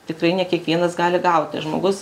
tikrai ne kiekvienas gali gauti žmogus